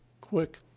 quick